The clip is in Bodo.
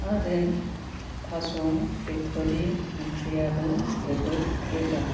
आरो थास' बिथुरि ओंख्रियाबो जोबोद गोब्राब